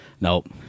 Nope